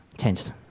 changed